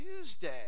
Tuesday